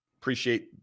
appreciate